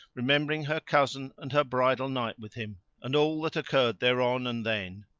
remembering her cousin and her bridal night with him and all that occurred thereon and then,